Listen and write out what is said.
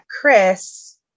Chris